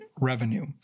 revenue